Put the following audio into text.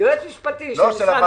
ישב כאן